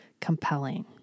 compelling